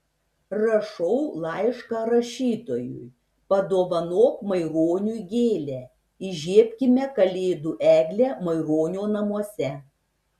rašau laišką rašytojui padovanok maironiui gėlę įžiebkime kalėdų eglę maironio namuose